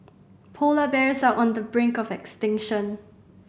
polar bears are on the brink of extinction